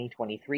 2023